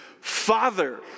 Father